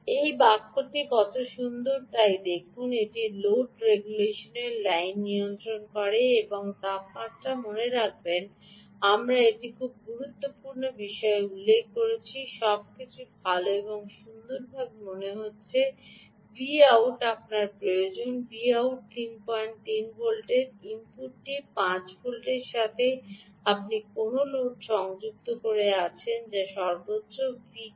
এই বাক্যটি কত সুন্দর তা দেখুন এটি লোড রেগুলেশন লাইন নিয়ন্ত্রণ এবং তাপমাত্রা মনে রাখবেন আমরা একটি খুব গুরুত্বপূর্ণ বিষয় উল্লেখ করেছি সবকিছু ভাল এবং সুন্দর বলে মনে হচ্ছে Vout আপনার প্রয়োজন Vout 33 ভোল্টের ইনপুটটি 5 ভোল্টের সাথে আপনি কোনও লোড সংযুক্ত আছেন যা সর্বোচ্চ V